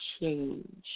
change